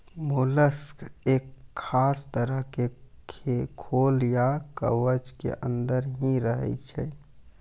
mollusc एक खास तरह के खोल या कवच के अंदर हीं रहै छै